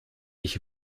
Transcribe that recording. ich